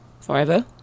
forever